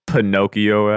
Pinocchio